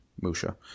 Musha